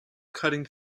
cutting